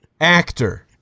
Actor